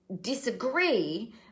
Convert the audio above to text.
disagree